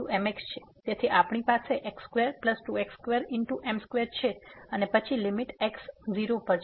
તેથી આપણી પાસે x22x2m2 છે અને પછી લીમીટ x 0 પર જાય છે